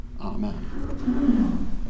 Amen